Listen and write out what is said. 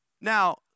Now